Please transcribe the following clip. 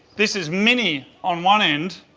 this is mini on one end,